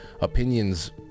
opinions